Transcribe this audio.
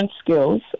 skills